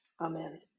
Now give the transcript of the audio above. Amen